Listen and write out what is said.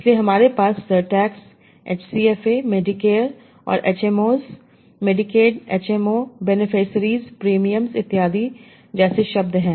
इसलिए हमारे पास सर्टैक्स h c f a Medicare और HMOs Medicaid HMO beneficiaries premiums इत्यादि जैसे शब्द हैं